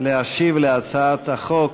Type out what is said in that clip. להשיב על הצעת החוק.